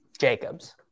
Jacobs